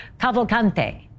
Cavalcante